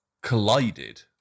collided